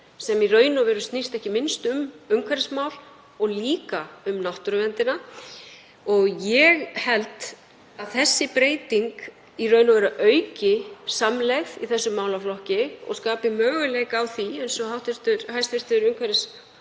sem í raun og veru snýst ekki minnst um umhverfismál og líka um náttúruverndina. Ég held að þessi breyting auki samlegð í þessum málaflokki og skapi möguleika á því, eins og hæstv. umhverfis-,